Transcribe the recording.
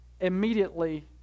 immediately